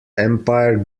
empire